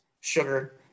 sugar